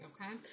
okay